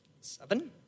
Seven